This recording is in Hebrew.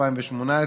התשע"ח 2018,